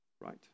Right